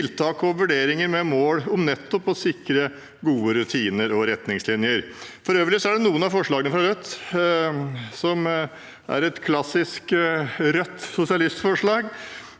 tiltak og vurderinger med mål om nettopp å sikre gode rutiner og retningslinjer. For øvrig er et av forslagene fra Rødt et klassisk rødt sosialistforslag